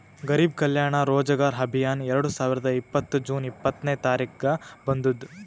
ಗರಿಬ್ ಕಲ್ಯಾಣ ರೋಜಗಾರ್ ಅಭಿಯಾನ್ ಎರಡು ಸಾವಿರದ ಇಪ್ಪತ್ತ್ ಜೂನ್ ಇಪ್ಪತ್ನೆ ತಾರಿಕ್ಗ ಬಂದುದ್